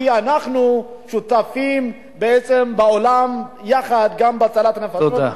כי אנחנו שותפים בעצם בעולם גם בהצלת נפשות.